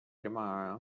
tomorrow